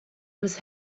was